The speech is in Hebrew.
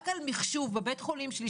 רק על מחשוב בבית החולים שלי,